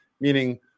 meaning